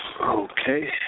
Okay